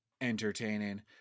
Entertaining